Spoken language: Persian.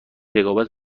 رقابت